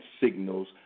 signals